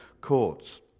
courts